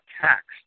taxed